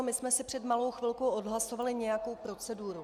My jsme si před malou chvilkou odhlasovali nějakou proceduru.